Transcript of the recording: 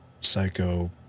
psycho